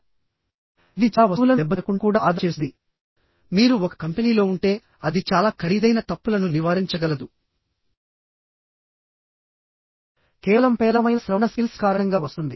ఇది చాలా వస్తువులను దెబ్బతినకుండా కూడా ఆదా చేస్తుంది మీరు ఒక కంపెనీలో ఉంటే అది చాలా ఖరీదైన తప్పులను నివారించగలదు కేవలం పేలవమైన శ్రవణ స్కిల్స్ కారణంగా వస్తుంది